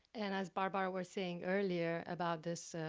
and as barbara were saying earlier about this,